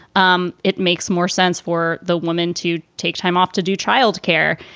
um it makes more sense for the woman to take time off to do child care.